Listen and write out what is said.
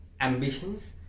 ambitions